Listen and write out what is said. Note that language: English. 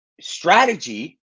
strategy